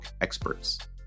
experts